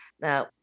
Now